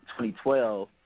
2012